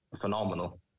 phenomenal